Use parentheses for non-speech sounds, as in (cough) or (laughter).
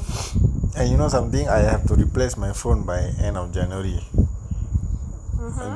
(noise) eh you know something I have to replace my phone by end of january